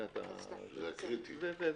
זה הקריטי.